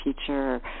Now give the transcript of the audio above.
teacher